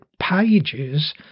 pages